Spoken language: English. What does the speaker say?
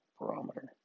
barometer